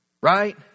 Right